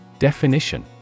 Definition